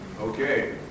Okay